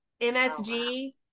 MSG